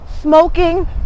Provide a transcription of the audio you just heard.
smoking